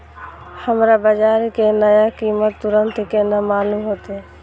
हमरा बाजार के नया कीमत तुरंत केना मालूम होते?